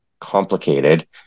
complicated